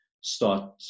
start